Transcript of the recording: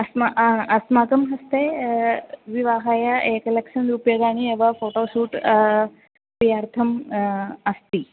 अस्माकम् अस्माकं हस्ते विवाहाय एकलक्षं रूप्यकाणि एव फ़ोटोशूट् क्रियार्थम् अस्ति